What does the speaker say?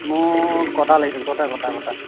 মোক গোটা লাগিছিল গোটা গোটা গোটা